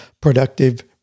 productive